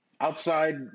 Outside